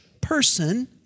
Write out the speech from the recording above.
person